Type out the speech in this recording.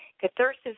catharsis